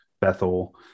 Bethel